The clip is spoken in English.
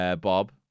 Bob